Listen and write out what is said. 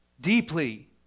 deeply